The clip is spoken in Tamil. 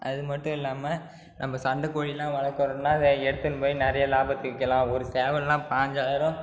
அது மட்டும் இல்லமால் நம்ம சண்டக்கோழியெலாம் வளர்க்குறோன்னா அதை எடுத்துன்னு போய் நிறைய லாபத்துக்கு விற்கலாம் ஒரு சேவலெல்லாம் பாஞ்சாயிரம்